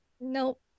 nope